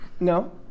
No